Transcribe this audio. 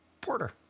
porter